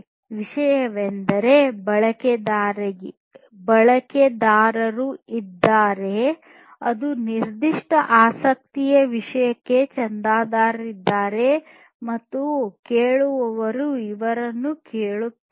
ವಿಷಯಗಳಿವೆ ಎಂದರೆ ಬಳಕೆದಾರರು ಇದ್ದಾರೆ ಅದು ನಿರ್ದಿಷ್ಟ ಆಸಕ್ತಿಯ ವಿಷಯಕ್ಕೆ ಚಂದಾದಾರರಾಗುತ್ತದೆ ಮತ್ತು ಕೇಳುವವರು ಇವುಗಳನ್ನು ಕೇಳುತ್ತಾರೆ